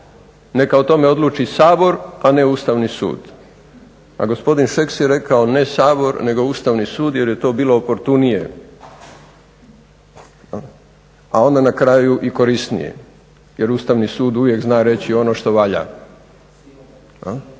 neka o tome odluči Sabor a ne Ustavni sud a gospodin Šeks je rekao ne Sabor nego Ustavni sud je to bilo oportunije a onda na kraju i korisnije jer Ustavni sud uvijek zna reći ono što valja.